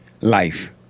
life